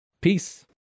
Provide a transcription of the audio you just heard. Peace